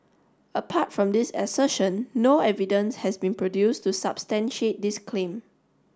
apart from this assertion no evidence has been produced to substantiate this claim